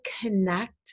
connect